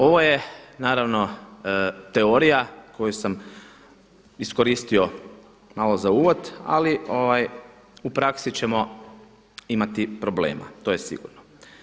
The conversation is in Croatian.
Ovo je naravno teorija koju sam iskoristio malo za uvod, ali u praksi ćemo imati problema to je sigurno.